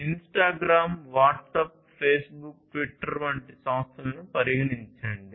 Instagram WhatsApp Facebook Twitter వంటి సంస్థలను పరిగణించండి